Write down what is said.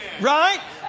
Right